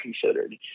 considered